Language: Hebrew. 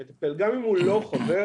גם אם הוא לא חבר,